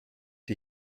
die